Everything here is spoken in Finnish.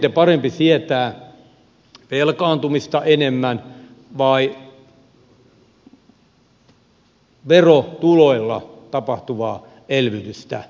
onko sitten parempi sietää enemmän velkaantumista vai verotuloilla tapahtuvaa elvytystä